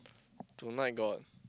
tonight got